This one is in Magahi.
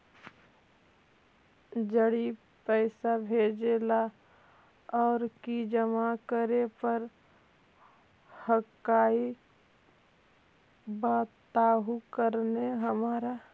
जड़ी पैसा भेजे ला और की जमा करे पर हक्काई बताहु करने हमारा?